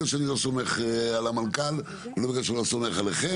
לשר דרעי שגם ביקש ממנו להתחיל לטפל בעניין